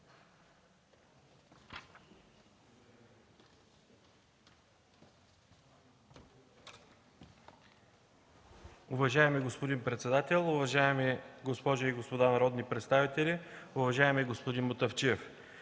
Уважаеми господин председател, госпожи и господа народни представители! Уважаеми господин Мутафчиев,